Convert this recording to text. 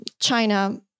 China